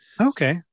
okay